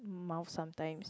mouth sometimes